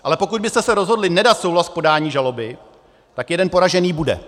Ale pokud byste se rozhodli nedat souhlas k podání žaloby, tak jeden poražený bude.